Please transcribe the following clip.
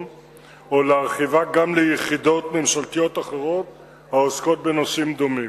או להרחיבה גם ליחידות ממשלתיות אחרות העוסקות בנושאים דומים,